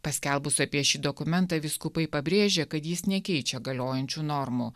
paskelbus apie šį dokumentą vyskupai pabrėžė kad jis nekeičia galiojančių normų